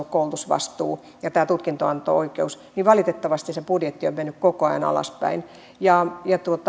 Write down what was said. koulutusvastuu ja tämä tutkintoanto oikeus niin valitettavasti se budjetti on mennyt koko ajan alaspäin ja